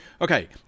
Okay